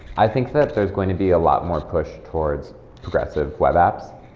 i think there's going to be a lot more push towards progressive web apps.